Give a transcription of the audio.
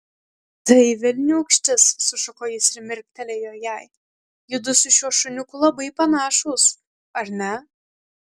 tai velniūkštis sušuko jis ir mirktelėjo jai judu su šiuo šuniuku labai panašūs ar ne